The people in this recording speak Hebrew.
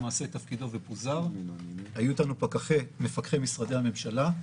תפקידו ופוזר היו אתנו מפקחי משרדי הממשלה.